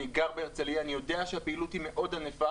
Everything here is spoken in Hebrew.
אני גר בהרצליה ואני יודע שהפעילות היא מאוד ענפה